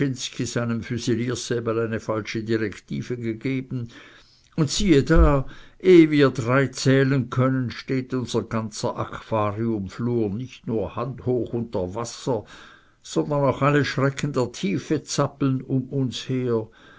eine falsche direktive gegeben und siehe da ehe wir drei zählen können steht unser ganzer aquariumflur nicht nur handhoch unter wasser sondern auch alle schrecken der tiefe zappeln um uns her